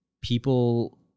people